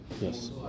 yes